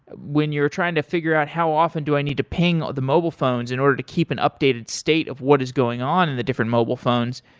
when you're trying to figure how often do i need to ping the mobile phones in order to keep an updated state of what is going on in the different mobile phones,